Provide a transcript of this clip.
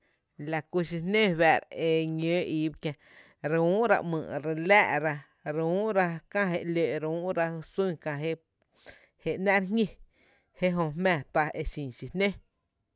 La kú xi nǿǿ fⱥⱥ’ra e ñóó ii ba kiä, re úú’ra ‘myy’, re láá’ra, re úú’ra kä jé ‘lóó’ re úú’ra kä jy sún kää jé ‘nⱥ’ re jñí, jé jö jmⱥⱥ tá exin xi nǿǿ.